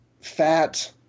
fat